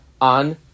on